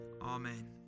amen